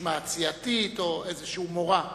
משמעת סיעתית או איזשהו מורא.